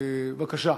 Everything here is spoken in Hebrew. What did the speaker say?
בבקשה.